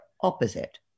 opposite